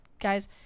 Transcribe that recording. guys